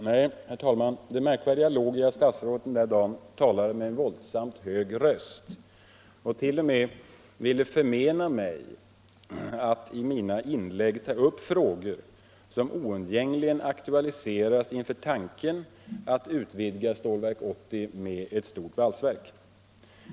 Nej, herr talman, det märkvärdiga låg i att statsrådet den där dagen talade med våldsamt hög röst och t.o.m. ville förmena mig att i mina inlägg ta upp frågor som oundgängligen aktualiseras inför tanken att utvidga Stålverk 80 med ett stort valsverk.